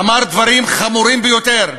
אמר דברים חמורים ביותר,